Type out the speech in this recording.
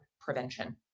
prevention